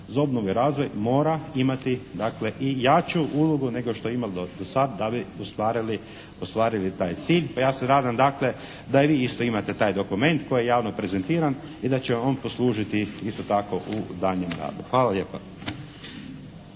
za obnovu i razvoj mora imati dakle i jaču ulogu nego što je imala do sad da bi ostvarili taj cilj. Pa ja se nadam dakle da i vi isto imate taj dokument koji je javno prezentiran i da će on poslužiti isto tako u daljnjem radu. Hvala lijepa.